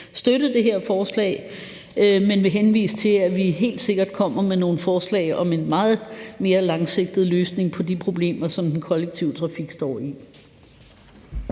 støtte det her forslag, men vil henvise til, at vi helt sikkert kommer med nogle forslag om en meget mere langsigtet løsning på de problemer, som den kollektive trafik står